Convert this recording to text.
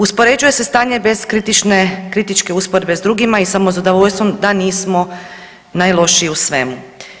Uspoređuje se stanje bez kritičke usporedbe s drugima i samozadovoljstvom da nismo najlošiji u svemu.